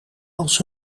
als